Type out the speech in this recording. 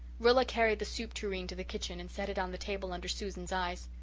rilla carried the soup tureen to the kitchen, and set it on the table under susan's eyes.